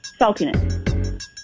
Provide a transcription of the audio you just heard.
Saltiness